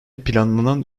planlanan